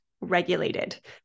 regulated